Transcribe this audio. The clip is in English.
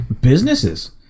businesses